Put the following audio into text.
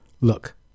Look